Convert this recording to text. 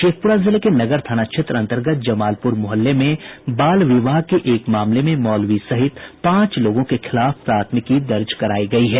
शेखपुरा जिले के नगर थाना क्षेत्र अंतर्गत जमालपुर मुहल्ले में बाल विवाह के एक मामले में मौलवी सहित पांच लोगों के खिलाफ प्राथमिकी दर्ज करायी गयी है